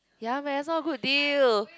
ya man it's not a good deal